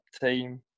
team